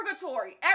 purgatory